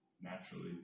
naturally